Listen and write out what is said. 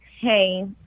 Hey